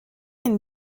une